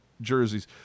jerseys